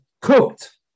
cooked